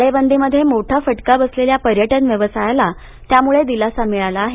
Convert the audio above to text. टाळेबंदीत मोठा फटका बसलेल्या पर्यटन व्यवसायाला त्यामुळे दिलासा मिळाला आहे